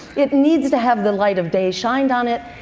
it needs to have the light of day shined on it,